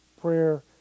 Prayer